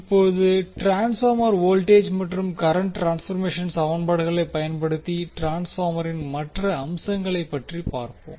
இப்போது transformer voltage மற்றும் current transformation சமன்பாடுகளை பயன்படுத்தி ட்ரான்ஸ்பார்மரின் மற்ற அம்சங்களை பற்றி பாப்போம்